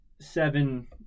seven